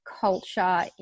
culture